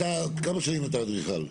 כמה שנים אתה אדריכל?